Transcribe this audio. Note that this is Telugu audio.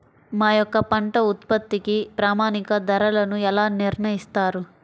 మా యొక్క పంట ఉత్పత్తికి ప్రామాణిక ధరలను ఎలా నిర్ణయిస్తారు?